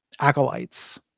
acolytes